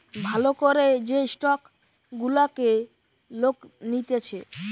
ভাল করে যে স্টক গুলাকে লোক নিতেছে